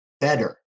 better